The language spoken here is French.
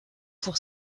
pour